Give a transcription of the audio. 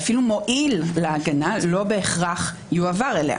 אפילו מועיל להגנה לא בהכרח יועבר אליה.